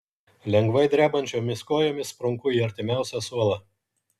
lengvai drebančiomis kojomis sprunku į artimiausią suolą